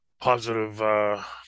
positive